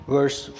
Verse